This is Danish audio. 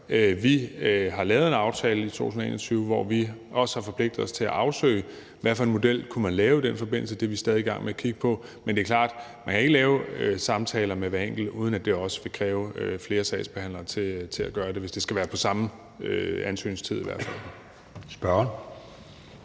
Vi har lavet en aftale i 2021, hvor vi også har forpligtet os til at afsøge, hvad for en model man kunne lave i den forbindelse. Det er vi stadig i gang med at kigge på. Men det er klart, at man ikke kan lave samtaler med hver enkelt, uden at det også vil kræve flere sagsbehandlere til at gøre det, i hvert fald hvis det skal være den samme sagsbehandlingstid